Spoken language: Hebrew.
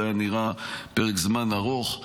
זה היה נראה פרק זמן ארוך,